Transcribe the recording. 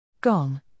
Gong